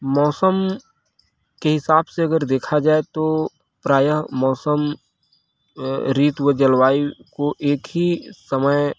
मौसम के हिसाब से अगर देखा जाए तो प्रायः मौसम ऋतु व जलवायु को एक ही समय